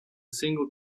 single